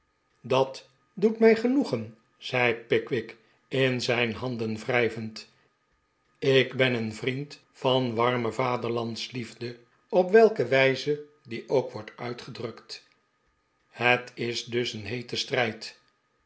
dat doet mij genoegen zei pickwick in zijn handen wrijvend ik ben een vriend van warme vaderlandsliefde op welke wijze die ook wordt uitgedrukt het is dus een heete strijd